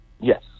Yes